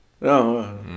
No